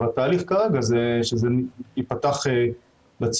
בתהליך כרגע זה ייפתח לציבור.